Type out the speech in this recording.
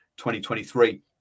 2023